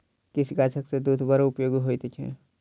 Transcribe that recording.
किछ गाछक दूध बड़ उपयोगी होइत छै